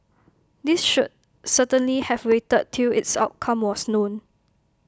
these should certainly have waited till its outcome was known